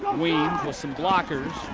weans, with some blockers.